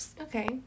Okay